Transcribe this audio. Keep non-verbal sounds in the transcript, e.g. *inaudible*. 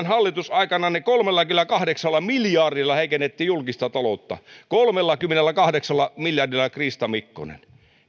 *unintelligible* hallitusaikananne kolmellakymmenelläkahdeksalla miljardilla heikennettiin julkista taloutta kolmellakymmenelläkahdeksalla miljardilla krista mikkonen